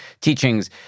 teachings